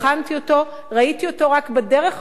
ראיתי אותו רק בדרך החוצה מהפרלמנט,